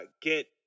get